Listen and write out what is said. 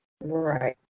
right